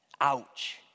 Ouch